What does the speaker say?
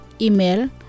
Email